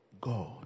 God